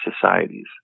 societies